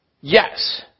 yes